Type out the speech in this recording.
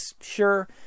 sure